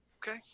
Okay